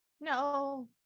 no